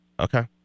Okay